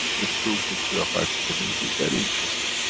the true picture of vatican, it'll be very interesting.